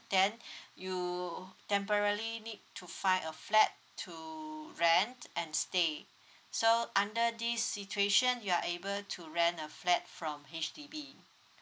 then you temporary need to find a flat to rent and stay so under this situation you are able to rent a flat from H_D_B